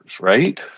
Right